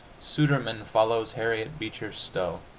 sudermann follows harriet beecher stowe.